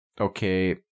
okay